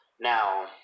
Now